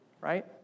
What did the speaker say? right